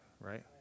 right